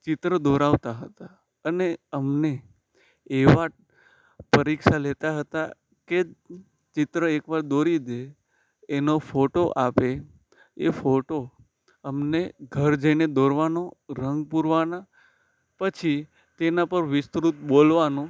ચિત્ર દોરવતા હતા અને અમને એવા પરીક્ષા લેતા હતા કે ચિત્ર એકવાર દોરી દે એનો ફોટો આપે એ ફોટો અમને ઘર જઈને દોરવાનો રંગ પૂરવાનાં પછી તેના પર વિસ્તૃત બોલવાનું